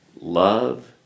love